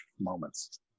moments